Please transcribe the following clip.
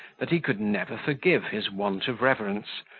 that he could never forgive his want of reverence,